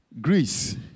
Greece